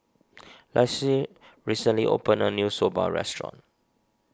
Laci recently opened a new Soba restaurant